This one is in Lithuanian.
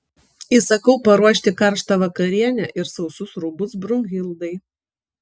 įsakau paruošti karštą vakarienę ir sausus rūbus brunhildai